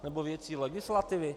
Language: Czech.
Nebo věcí z legislativy?